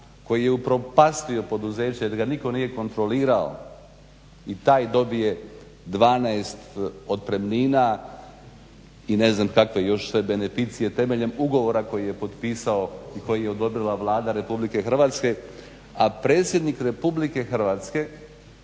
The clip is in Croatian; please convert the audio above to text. koji je upropastio poduzeće jer ga nitko nije kontrolirao i taj dobije 12 otpremnina i ne znam kakve još sve beneficije temeljem ugovora koji je potpisao i koji je odobrila Vlada RH, a predsjednik republike Hrvatske